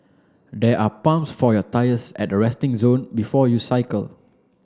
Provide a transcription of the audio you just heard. there are pumps for your tyres at the resting zone before you cycle